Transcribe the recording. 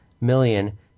million